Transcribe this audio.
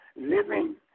living